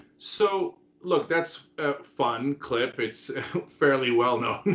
so look, that's a fun clip. it's fairly well known,